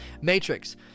Matrix